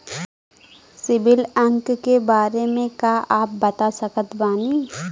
CIBIL अंक के बारे मे का आप बता सकत बानी?